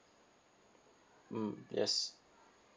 mm yes